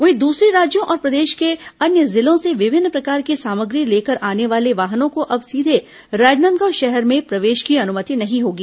वहीं दूसरे राज्यों और प्रदेश के अन्य जिलों से विभिन्न प्रकार की सामग्री लेकर आने वाले वाहनों को अब सीधे राजनादगांव शहर में प्रवेश की अनुमति नहीं होगी